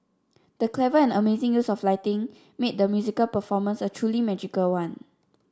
the clever and amazing use of lighting made the musical performance a truly magical one